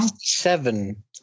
seven